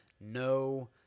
no